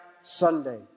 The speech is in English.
Sunday